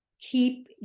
keep